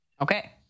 Okay